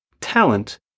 talent